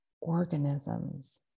organisms